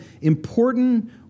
important